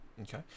Okay